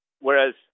whereas